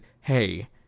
hey